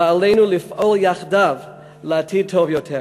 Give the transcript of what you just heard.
ועלינו לפעול יחדיו לעתיד טוב יותר.